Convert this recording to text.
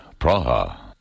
Praha